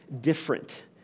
different